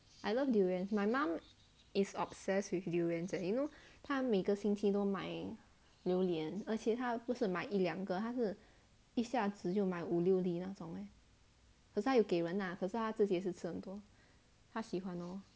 I love durian my mum is obsessed with durians leh you know 她每个星期都买榴莲而且她不是买一两个她是一下子就买五六粒那种咧可是她有给人啦可是她自己也是吃很多她喜欢 lor